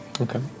Okay